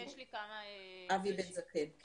אבי בן זקן.